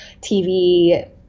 TV